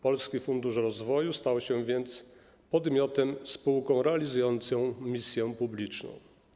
Polski Fundusz Rozwoju stał się podmiotem, spółką realizującą misję publiczną.